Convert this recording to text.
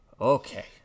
okay